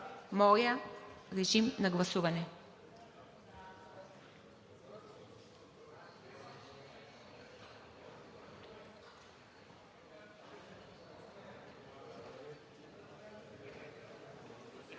Моля, режим на гласуване